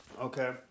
Okay